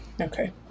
Okay